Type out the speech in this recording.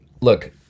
look